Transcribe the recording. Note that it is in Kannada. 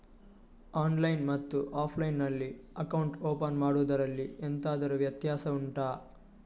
ಆನ್ಲೈನ್ ಮತ್ತು ಆಫ್ಲೈನ್ ನಲ್ಲಿ ಅಕೌಂಟ್ ಓಪನ್ ಮಾಡುವುದರಲ್ಲಿ ಎಂತಾದರು ವ್ಯತ್ಯಾಸ ಉಂಟಾ